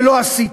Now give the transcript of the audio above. ולא עשיתי.